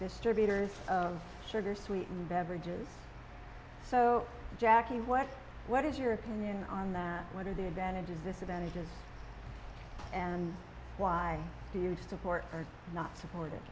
distributors of sugar sweetened beverages so jackie what what is your opinion on that what are the advantages disadvantages and why do you support or not support